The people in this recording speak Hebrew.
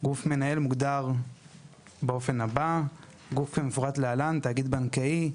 גוף מנהל מוגדר באופן הבא: (1) תאגיד בנקאי,